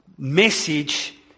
message